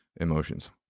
emotions